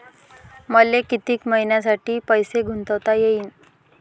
मले कितीक मईन्यासाठी पैसे गुंतवता येईन?